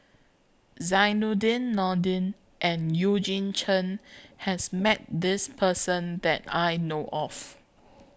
Zainudin Nordin and Eugene Chen has Met This Person that I know of